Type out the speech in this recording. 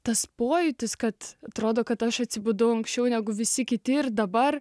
tas pojūtis kad atrodo kad aš atsibudau anksčiau negu visi kiti ir dabar